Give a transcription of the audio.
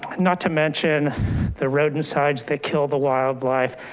not to mention the rodent sites that kill the wildlife,